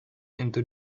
into